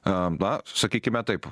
a ba sakykime taip